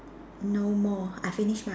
no more I finish mine